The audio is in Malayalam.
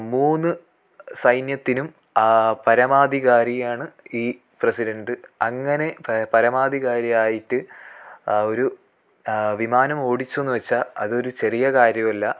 മൂന്ന് സൈന്യത്തിനും പരമാധികാരിയാണ് ഈ പ്രസിഡൻറ്റ് അങ്ങനെ പരമാധികാരിയായിട്ട് ഒരു വിമാനം ഓടിച്ചുവെന്ന് വെച്ചാൽ അതൊരു ചെറിയ കാര്യമല്ല